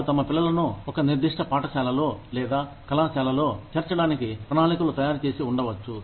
వారు తమ పిల్లలను ఒక నిర్దిష్ట పాఠశాలలో లేదా కళాశాలలో చేర్చడానికి ప్రణాళికలు తయారుచేసి ఉండవచ్చు